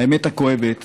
האמת הכואבת